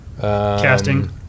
casting